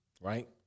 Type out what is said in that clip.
right